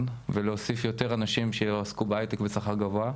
ולהוסיף יותר אנשים שיעבדו בהייטק בשכר גבוה,